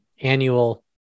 annual